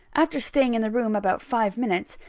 after staying in the room about five minutes,